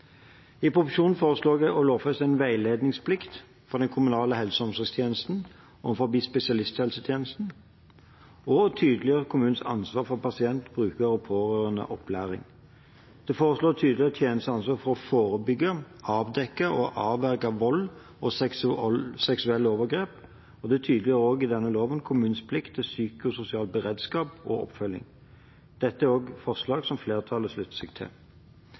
I proposisjonen foreslår jeg å lovfeste en veiledningsplikt for den kommunale helse- og omsorgstjenesten og spesialisthelsetjenesten og å tydeliggjøre kommunens ansvar for pasient-, bruker- og pårørendeopplæring. Det foreslås å tydeliggjøre tjenestens ansvar for å forebygge, avdekke og avverge vold og seksuelle overgrep. I loven tydeliggjøres også kommunens plikt til psykososial beredskap og oppfølging. Dette er også forslag som flertallet slutter seg til.